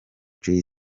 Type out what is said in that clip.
jay